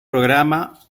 programa